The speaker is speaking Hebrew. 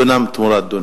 דונם תמורת דונם.